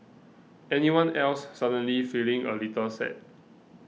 anyone else suddenly feeling a little sad